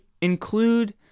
include